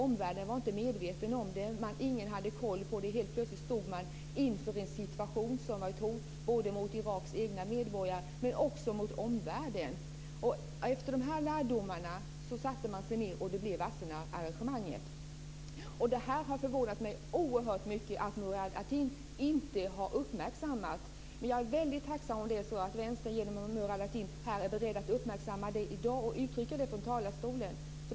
Omvärlden var inte medveten om det. Ingen hade koll på det. Helt plötsligt stod man inför en situation som var ett hot både mot Iraks egna medborgare och mot omvärlden. Efter dessa lärdomar kom Wassenaararrangemanget till. Det har förvånat mig oerhört mycket att Murad Artin inte har uppmärksammat detta. Men jag är väldigt tacksam om Murad Artin och Vänsterpartiet här är beredda att uppmärksamma det i dag och uttrycker det från talarstolen.